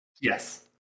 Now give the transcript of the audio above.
Yes